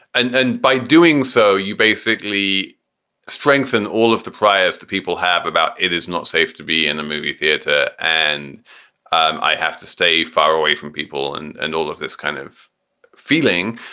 and and by doing so, you basically strengthen all of the players the people have about. it is not safe to be in the movie theater and and i have to stay far away from people and and all of this kind of feeling.